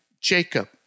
Jacob